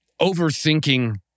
overthinking